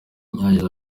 yagize